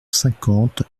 cinquante